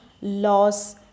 loss